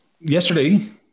Yesterday